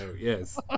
yes